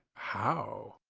how?